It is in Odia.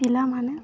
ପିଲାମାନେ